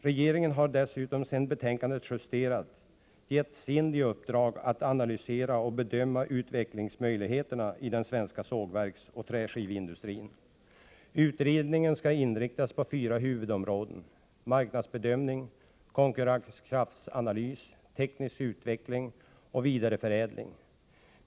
Regeringen har dessutom sedan betänkandet justerades gett SIND i uppdrag att analysera och bedöma utvecklingsmöjligheterna i den svenska sågverksoch träskiveindustrin. Utredningen skall inriktas på fyra huvudområden: marknadsbedömning, konkurrenskraftsanalys, teknisk utveckling och vidareförädling.